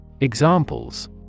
Examples